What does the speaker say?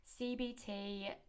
CBT